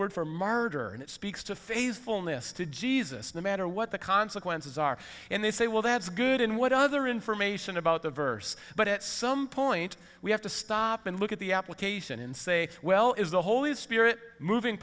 word for murder and it speaks to faithfulness to jesus no matter what the consequences are and they say well that's good and what other information about the verse but at some point we have to stop and look at the application and say well is the holy spirit moving